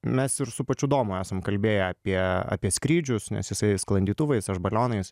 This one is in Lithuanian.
mes ir su pačiu domu esam kalbėję apie apie skrydžius nes jisai sklandytuvais aš balionais